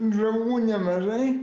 draugų nemažai